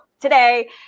today